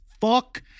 fuck